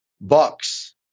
bucks